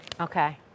Okay